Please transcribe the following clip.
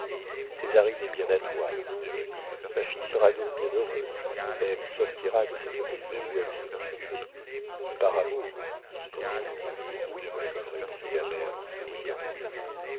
folies césarine est bien à toi ma fille sera donc bien heureuse elle sortira de cette maison où elle se tue par amour dit popinot oui répondit la mère en souriant